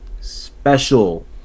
special